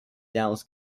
dallas